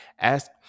Ask